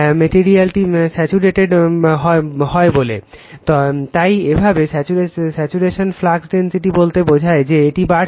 ম্যাটেরিয়ালটি saturated বলা হয় তাই এভাবে স্যাচুরেশন ফ্লাক্স ডেনসিটি বলতে বোঝায় যে এটি বাড়ছে